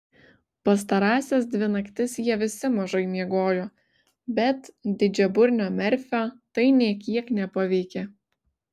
pastarąsias dvi naktis jie visi mažai miegojo bet didžiaburnio merfio tai nė kiek nepaveikė